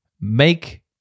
make